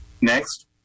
Next